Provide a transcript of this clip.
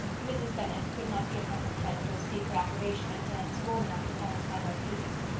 mrs. bennet could not give her consent or speak her approbation in terms warm enough to satisfy her feelings,